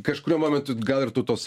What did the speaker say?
kažkuriuo momentu gal ir tautos